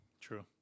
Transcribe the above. True